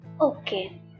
Okay